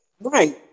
Right